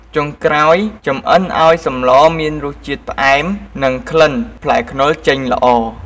ចុងក្រោយចម្អិនឱ្យសម្លមានរសជាតិផ្អែម និងក្លិនផ្លែខ្នុរចេញល្អ។